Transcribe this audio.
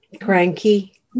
Cranky